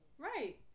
Right